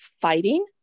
fighting